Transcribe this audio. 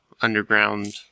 underground